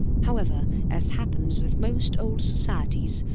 however, as happens with most old societies,